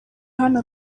hano